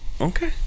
Okay